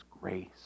grace